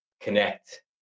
connect